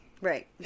Right